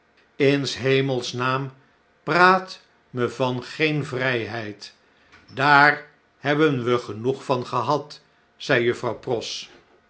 s hemels naam praat me van geen vrijheid daar hebben we genoeg van gehad zei juffrouw pross